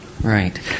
Right